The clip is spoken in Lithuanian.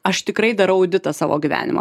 aš tikrai darau auditą savo gyvenimo